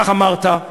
כך אמרת,